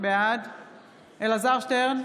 בעד אלעזר שטרן,